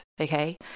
Okay